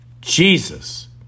Jesus